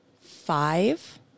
five